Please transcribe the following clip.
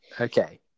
Okay